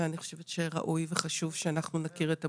ואני חושבת שראוי וחשוב שאנחנו נכיר את המושגים.